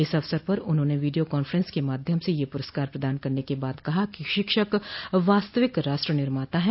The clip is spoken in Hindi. इस अवसर पर उन्होंने वीडियो कॉन्फ्रेंस के माध्यम से ये पूरस्कार प्रदान करने के बाद कहा कि शिक्षक वास्तविक राष्ट्र निर्माता हैं